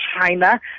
China